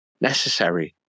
necessary